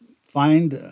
find